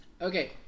Okay